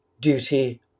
duty